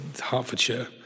hertfordshire